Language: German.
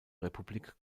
republik